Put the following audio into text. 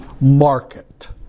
market